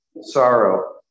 sorrow